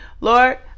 Lord